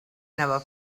never